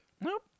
nope